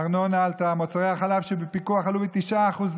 הארנונה עלתה, מוצרי החלב שבפיקוח עלו ב-9%.